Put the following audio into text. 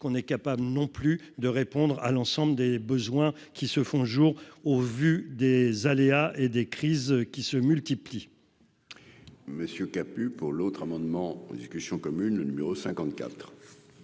qu'on est capable non plus de répondre à l'ensemble des besoins qui se font jour au vu des aléas et des crises qui se multiplient. Messieurs kaput pour l'autre amendement en discussion commune le numéro